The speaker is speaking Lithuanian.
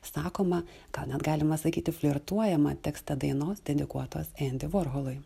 sakoma gal net galima sakyti flirtuojama tekste dainos dedikuotos endi vorholui